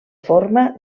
forma